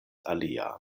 alia